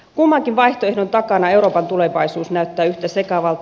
kummankin vaihtoehdon takana euroopan tulevaisuus näyttää yhtä sekavalta